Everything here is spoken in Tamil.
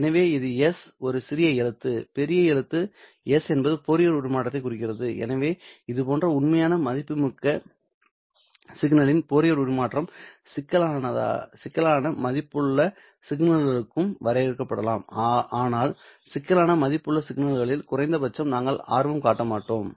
எனவே இது s ஒரு சிறிய எழுத்து பெரிய எழுத்து S என்பது ஃபோரியர் உருமாற்றத்தைக் குறிக்கிறது எனவே இதுபோன்ற உண்மையான மதிப்புமிக்க சிக்னலின் ஃபோரியர் உருமாற்றம் சிக்கலான மதிப்புள்ள சிக்னல்களுக்கும் வரையறுக்கப்படலாம் ஆனால் சிக்கலான மதிப்புள்ள சிக்னல்களில் குறைந்த பட்சம் நாங்கள் ஆர்வம் காட்ட மாட்டோம்